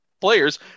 players